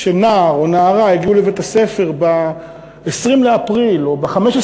שנער או נערה הגיעו לבית-הספר ב-20 באפריל או ב-15